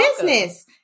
business